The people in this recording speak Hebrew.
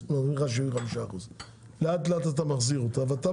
אז אומרים לך 75%. לאט לאט אתה מחזיר אותה ואתה